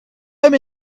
him